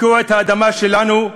הפקיעו את האדמה שלנו,